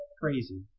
crazy